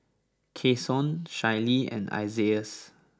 Cason Shaylee and Isaias